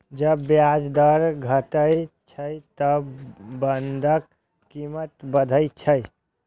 जब ब्याज दर घटै छै, ते बांडक कीमत बढ़ै छै